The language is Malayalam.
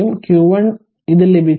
q 1 ഇത് ലഭിച്ചു